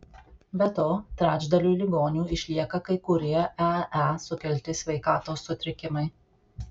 be to trečdaliui ligonių išlieka kai kurie ee sukelti sveikatos sutrikimai